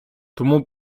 тому